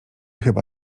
chyba